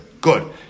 Good